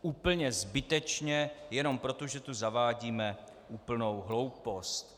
Úplně zbytečně jenom proto, že tu zavádíme úplnou hloupost.